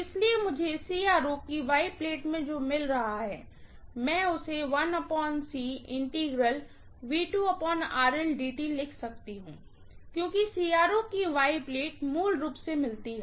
इसलिए मुझे CRO की Y प्लेट में जो मिल रहा है मैं उसे लिख सकती हूं क्योंकि CRO की Y प्लेट मूल रूप से मिलती है